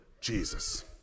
Jesus